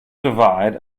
divide